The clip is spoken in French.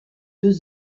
deux